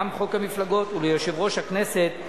גם חוק המפלגות, וליושב-ראש הכנסת,